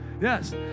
Yes